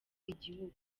igihugu